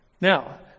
Now